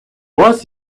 вас